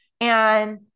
And-